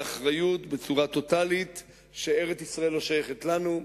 באחריות, בצורה טוטלית, שארץ-ישראל לא שייכת לנו.